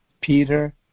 Peter